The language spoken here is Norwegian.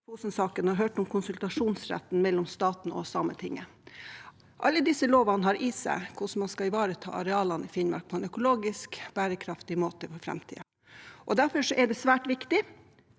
Fosen-saken, har hørt om konsultasjonsretten mellom staten og Sametinget. Alle disse lovene har i seg hvordan man skal ivareta arealene i Finnmark på en økologisk bærekraftig måte for framtiden. Derfor er det svært viktig